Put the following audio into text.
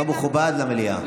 זה לא מכובד למליאה.